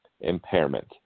impairment